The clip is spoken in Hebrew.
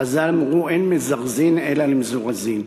חז"ל אמרו "אין מזרזין אלא למזורזין".